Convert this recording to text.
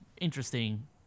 interesting